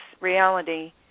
reality